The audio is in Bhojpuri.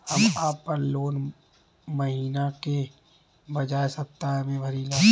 हम आपन लोन महिना के बजाय सप्ताह में भरीला